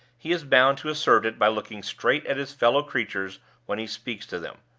he is bound to assert it by looking straight at his fellow-creatures when he speaks to them.